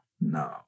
No